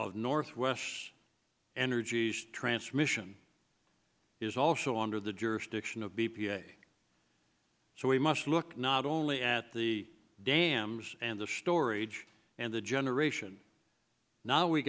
of northwest's energies transmission is also under the jurisdiction of b p a so we must look not only at the dams and the storage and the generation now we